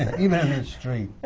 and even in the street.